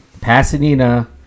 Pasadena